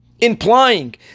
implying